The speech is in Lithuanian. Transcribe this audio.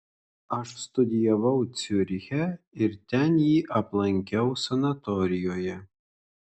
aš studijavau ciuriche ir ten jį aplankiau sanatorijoje